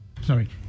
sorry